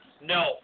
No